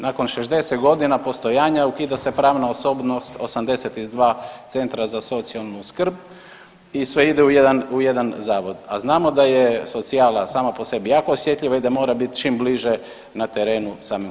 Nakon 60 godina postojanja, ukida se pravna osobnost 82 centra za socijalnu skrb i sve ide u jedan zavod, a znamo da je socijala sama po sebi jako osjetljiva i da mora biti čim bliže na terenu samim korisnicima.